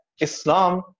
Islam